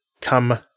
come